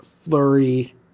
flurry